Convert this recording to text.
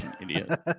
idiot